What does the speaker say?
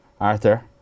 Arthur